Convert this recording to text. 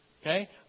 Okay